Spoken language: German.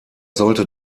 sollte